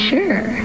Sure